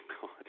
God